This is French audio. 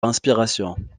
inspiration